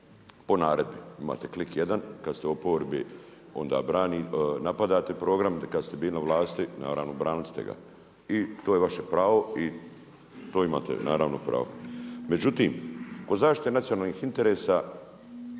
po naredbi. Imate klik 1 kad ste u oporbi onda napadate program, kad ste bili na vlasti naravno branili ste ga. I to je vaše pravo i to imate naravno pravo. Međutim, kod zaštite nacionalnih interesa